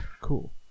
cool